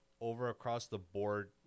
over-across-the-board